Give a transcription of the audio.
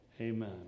Amen